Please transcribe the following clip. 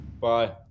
Bye